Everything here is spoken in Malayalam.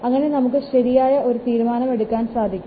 അങ്ങനെ നമുക്ക് ശരിയായ ഒരു തീരുമാനം എടുക്കാൻ സാധിക്കും